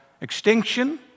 extinction